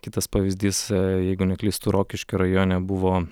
kitas pavyzdys jeigu neklystu rokiškio rajone buvo